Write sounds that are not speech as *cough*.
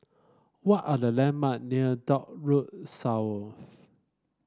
what are the landmark near Dock Road *unintelligible*